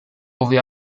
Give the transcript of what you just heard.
ove